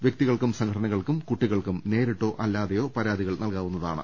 വ്യക്തികൾക്കും സംഘടനകൾക്കും കുട്ടികൾക്കും നേരിട്ടോ അല്ലാതെയോ പരാതികൾ നൽകാവുന്നതാണ്